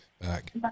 back